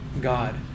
God